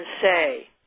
say